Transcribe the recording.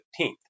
15th